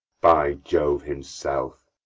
by jove himself,